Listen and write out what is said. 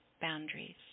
boundaries